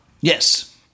Yes